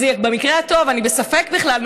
אני בספק בכלל,